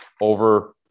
over –